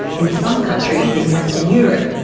in some countries in western europe,